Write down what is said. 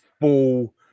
full